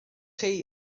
chi